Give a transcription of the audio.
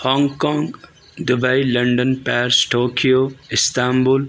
Hong Kong Dubai London Paris Tokyo Istanbul